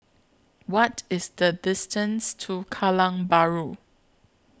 What IS The distance to Kallang Bahru